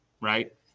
Right